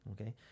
okay